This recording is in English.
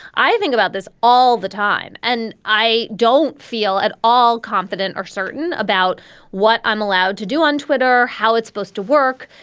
i think about this all the time. and i don't feel at all confident or certain about what i'm allowed to do on twitter, how it's supposed to work.